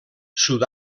sud